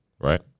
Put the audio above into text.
right